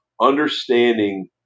understanding